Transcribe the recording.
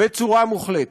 בצורה מוחלטת.